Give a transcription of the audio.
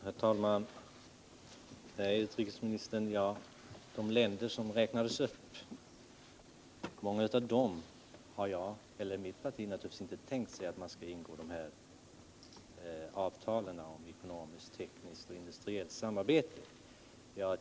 Herr talman! Jag och mitt parti har naturligtvis inte tänkt att Sverige skall ingå ekonomiskt, tekniskt och industriellt samarbete med många av de länder som utrikesministern räknade upp.